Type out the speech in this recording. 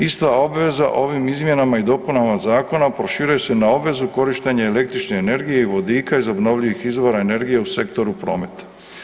Ista obveza ovim izmjenama i dopunama zakona proširuje se na obvezu korištenja elektronične energije i vodika iz obnovljivih izvora energije u sektoru prometa.